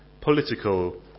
political